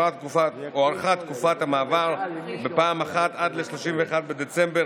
הוארכה תקופת המעבר בפעם אחת עד ל-31 בדצמבר